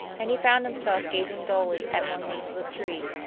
and he found himself gazing dully at one leaf of the tree,